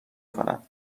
کند